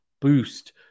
boost